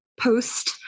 post